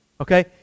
Okay